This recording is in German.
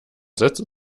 sätze